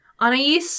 Anais